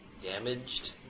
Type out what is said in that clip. damaged